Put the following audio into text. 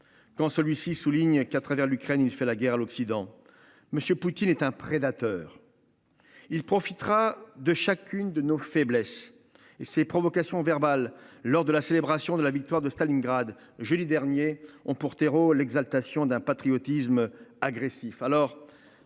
Quand celui-ci souligne qu'à travers l'Ukraine. Il fait la guerre à l'Occident. Monsieur Poutine est un prédateur. Il profitera de chacune de nos faiblesses et ses provocations verbales lors de la célébration de la victoire de Stalingrad jeudi dernier ont pour terreau l'exaltation d'un patriotisme agressif